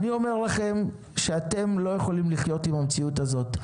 אני אומר לכם שאתם לא יכולים לחיות עם המציאות הזאת.